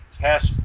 test